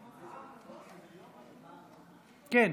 כן.